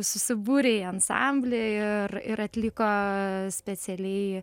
susibūrė į ansamblį ir ir atliko specialiai